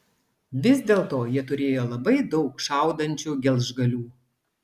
vis dėlto jie turėjo labai daug šaudančių gelžgalių